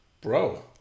bro